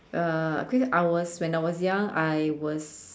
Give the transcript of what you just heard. uh cause I was when I was young I was